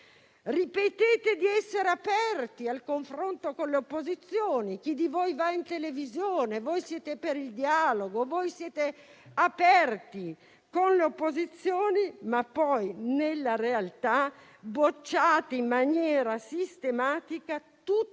Ripetete di essere aperti al confronto con le opposizioni: chi di voi va in televisione dice che voi siete per il dialogo, siete aperti con le opposizioni, ma poi in realtà bocciate in maniera sistematica tutte le